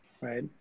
right